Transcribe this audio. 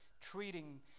treating